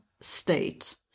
state